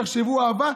תחשבו אהבה,